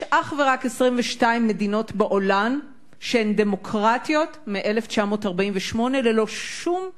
יש אך ורק 22 מדינות בעולם שהן דמוקרטיות מ-1948 ללא שום הפרעה.